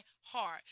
heart